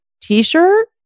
t-shirt